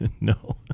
no